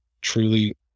truly